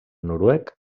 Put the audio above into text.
noruec